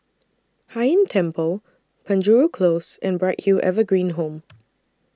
Hai Inn Temple Penjuru Close and Bright Hill Evergreen Home